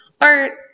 art